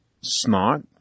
snot